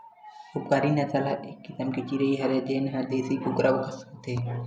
उपकारी नसल ह एक किसम के चिरई हरय जेन ह देसी कुकरा कस होथे